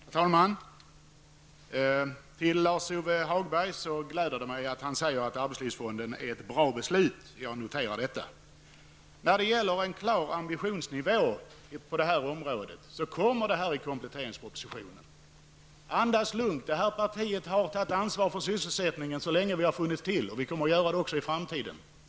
Herr talman! Först till Lars-Ove Hagberg: Det gläder mig att Lars-Ove Hagberg tycker att arbetslivsfonden är bra. Jag noterar detta. Lars Ove Hagberg efterlyste en klar ambitionsnivå på det här området. Den kommer att anges i kompletteringspropositionen, så andas lugnt. Vårt parti har tagit ansvar för sysselsättningen så länge som vi har funnits till, och det ansvaret kommer vi också att ta i framtiden.